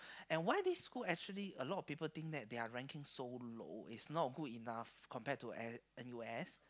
and why this school actually a lot of people think that their ranking so low is not good enough compared to N N_U_S